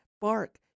bark